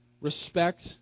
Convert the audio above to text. respect